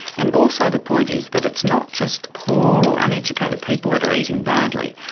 and also the point is that it's not just poor or uneducated people that are eating badly,